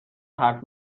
حرف